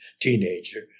teenager